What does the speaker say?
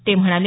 ते म्हणाले